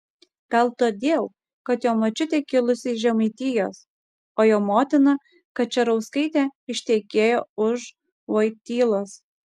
gal todėl kad jo močiutė kilusi iš žemaitijos o jo motina kačerauskaitė ištekėjo už vojtylos